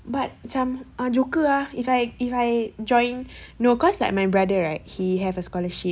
but macam uh joker uh if I if I join no cause like my brother right he have a scholarship